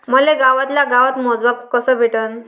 मले गावातल्या गावात मोजमाप कस भेटन?